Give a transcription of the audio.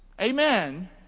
Amen